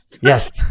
Yes